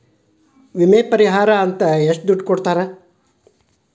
ವಿಮೆ ಪರಿಹಾರ ಎಷ್ಟ ದುಡ್ಡ ಕೊಡ್ತಾರ?